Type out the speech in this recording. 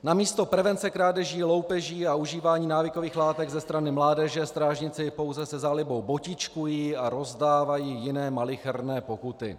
Namísto prevence krádeží, loupeží a užívání návykových látek ze strany mládeže strážníci pouze se zálibou botičkují a rozdávají jiné malicherné pokuty.